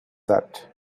that